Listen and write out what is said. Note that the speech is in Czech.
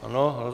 Ano.